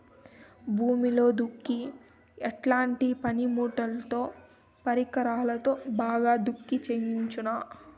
భూమిలో దుక్కి ఎట్లాంటి పనిముట్లుతో, పరికరాలతో బాగా దుక్కి చేయవచ్చున?